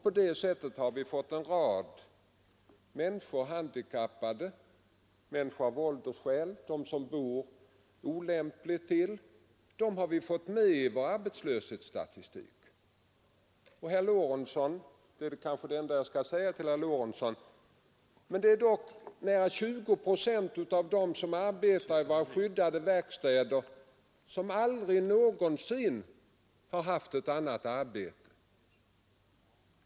På det sättet har vi fått en rad människor — handikappade, äldre, de som bor olämpligt till — med i vår arbetslöshetsstatistik. Jag vill säga till herr Lorentzon att nära 20 procent av dem som arbetar i våra skyddade verkstäder aldrig någonsin haft ett annat arbete.